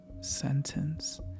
sentence